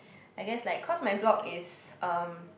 I guess like cause my block is um